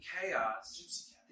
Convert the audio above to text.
Chaos